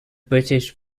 british